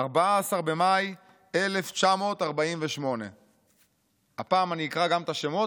14 במאי 1948". הפעם אני אקרא גם את השמות,